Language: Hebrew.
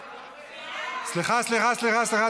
סליחה, סליחה, סליחה.